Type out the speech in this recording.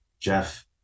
Jeff